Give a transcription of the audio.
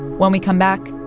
when we come back,